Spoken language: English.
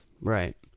Right